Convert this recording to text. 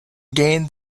gain